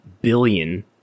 billion